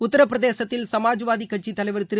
உத்தரப்பிரதேசத்தில் சமாஜ்வாதி கட்சித் தலைவர் திரு